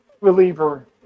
reliever